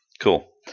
Cool